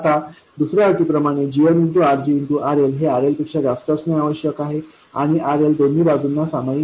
आता दुसऱ्या अटीप्रमाणे gmRGRL हे RL पेक्षा जास्त असणे आवश्यक आहे आणि RL दोन्ही बाजूंना सामायिक आहे